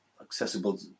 accessible